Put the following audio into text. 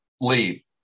leave